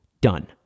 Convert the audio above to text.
Done